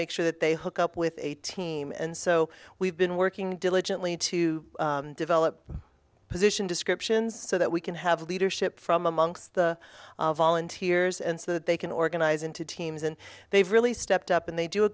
make sure that they hook up with a team and so we've been working diligently to develop position descriptions so that we can have leadership from amongst the volunteers and so that they can organize into teams and they've really stepped up and they do a